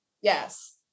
Yes